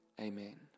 Amen